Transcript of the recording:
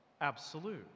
absolute